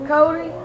Cody